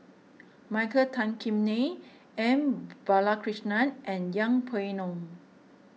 Michael Tan Kim Nei M Balakrishnan and Yeng Pway Ngon